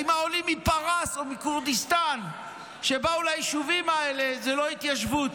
האם העולים מפרס או מכורדיסטן שבאו ליישובים האלה זה לא התיישבות?